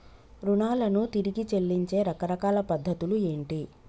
రుణాలను తిరిగి చెల్లించే రకరకాల పద్ధతులు ఏంటి?